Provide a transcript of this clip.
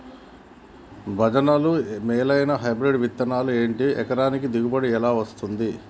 భజనలు మేలైనా హైబ్రిడ్ విత్తనాలు ఏమిటి? ఎకరానికి దిగుబడి ఎలా వస్తది?